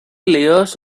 layers